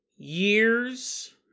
Years